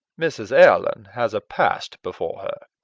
mrs. erlynne has a past before her.